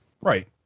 right